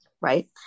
right